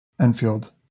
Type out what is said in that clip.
Enfield